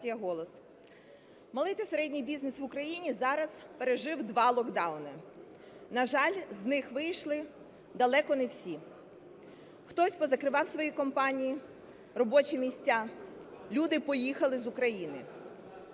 Малий та середній бізнес в Україні зараз пережив два локдауни. На жаль, з них вийшли далеко не всі: хтось позакривав свої компанії, робочі місця, люди поїхали з України.